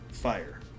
Fire